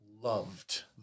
loved